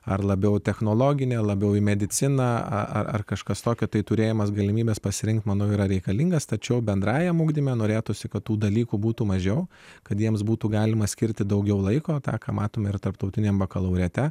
ar labiau technologinę labiau į mediciną ar kažkas tokio tai turėjimas galimybės pasirinkti manau yra reikalingas tačiau bendrajam ugdyme norėtųsi kad tų dalykų būtų mažiau kad jiems būtų galima skirti daugiau laiko tą ką matome ir tarptautiniam